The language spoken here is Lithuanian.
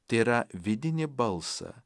tai yra vidinį balsą